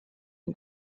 and